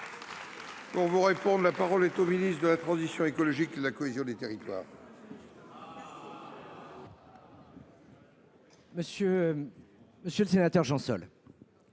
Pyrénées Orientales ? La parole est à M. le ministre de la transition écologique et de la cohésion des territoires. Monsieur le sénateur Jean Sol,